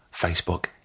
Facebook